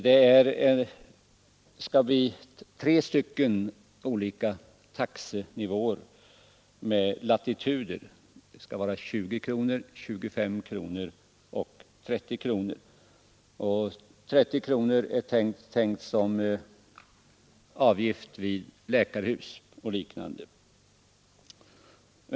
Det skall bli tre olika taxenivåer med latitudarvodena 20, 25 och 30 kronor. 30 kronor är tänkt som avgift vid besök på läkarhus och liknande.